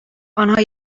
آنها